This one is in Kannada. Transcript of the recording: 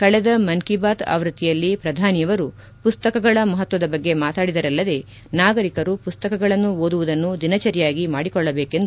ಕಳೆದ ಮನ್ ಕಿ ಬಾತ್ ಆವೃತ್ತಿಯಲ್ಲಿ ಪ್ರಧಾನಿಯವರು ಪುಸ್ತಕಗಳ ಮಹತ್ವದ ಬಗ್ಗೆ ಮಾತಾಡಿದರಲ್ಲದೇ ನಾಗರಿಕರು ಪುಸ್ತಕಗಳನ್ನು ಓದುವುದನ್ನು ದಿನಚರಿಯಾಗಿ ಮಾಡಿಕೊಳ್ಳಬೇಕೆಂದು ಒತ್ತಾಯಿಸಿದ್ದರು